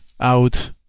out